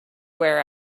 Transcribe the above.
wear